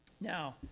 now